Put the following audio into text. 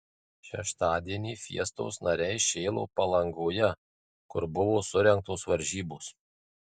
šeštadienį fiestos nariai šėlo palangoje kur buvo surengtos varžybos